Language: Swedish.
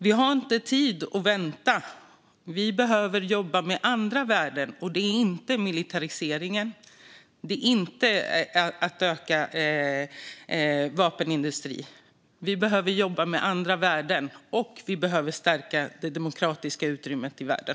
Vi har inte tid att vänta, utan vi behöver jobba med andra värden än militarisering och att öka vapenindustrin. För att få effekt behöver vi jobba med andra värden och stärka det demokratiska utrymmet i världen.